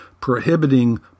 prohibiting